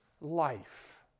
life